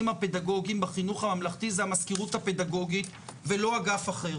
הפדגוגיים בחינוך הממלכתי זה המזכירות הפדגוגית ולא אגף אחר.